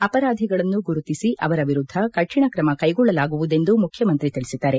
ಅಪರಾಧಿಗಳನ್ನು ಗುರುತಿಸಿ ಅವರ ವಿರುದ್ಧ ಕಠಿಣ ಕ್ರಮ ಕೈಗೊಳ್ಳಲಾಗುವುದೆಂದು ಮುಖ್ಯಮಂತ್ರಿ ತಿಳಿಸಿದ್ದಾರೆ